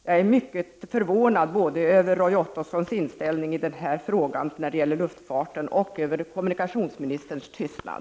Jag är mycket förvånad över Roy Ottossons inställning i den här frågan när det gäller luftfarten och över kommunikationsministerns tystnad.